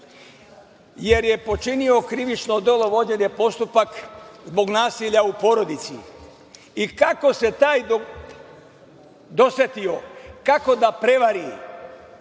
jer je počinio krivično delo, vođen je postupak zbog nasilja u porodici. I kako se taj dosetio kako da prevari